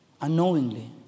unknowingly